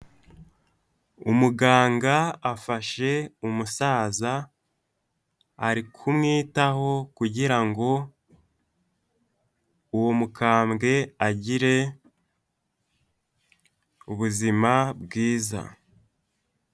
Umuganga afashe umusaza ari kumwitaho kugirango uwo mukambwe agire ubuzima bwiza.